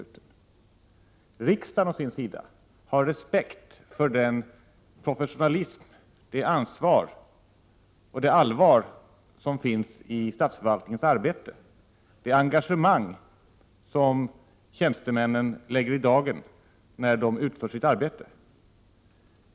65 Riksdagen å sin sida har respekt för den professionalism, det ansvar och det allvar som finns i statsförvaltningens arbete samt för det engagemang som tjänstemännen lägger i dagen när de utför sina uppgifter.